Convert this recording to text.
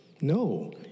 No